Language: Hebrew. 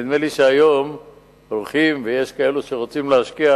נדמה לי שהיום יש כאלה שרוצים להשקיע